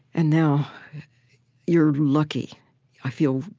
and now you're lucky i feel,